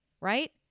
right